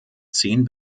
zehn